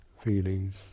feelings